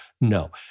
No